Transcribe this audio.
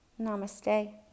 Namaste